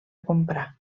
comprar